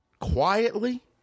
quietly